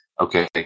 okay